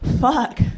fuck